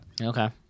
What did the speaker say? Okay